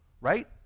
right